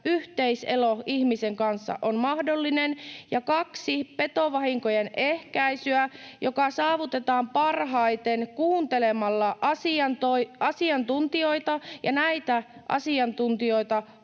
yhteiselo ihmisen kanssa on mahdollinen, ja 2) petovahinkojen ehkäisyä, joka saavutetaan parhaiten kuuntelemalla asiantuntijoita. Ja näitä asiantuntijoita